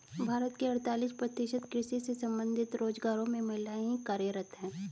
भारत के अड़तालीस प्रतिशत कृषि से संबंधित रोजगारों में महिलाएं ही कार्यरत हैं